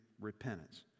repentance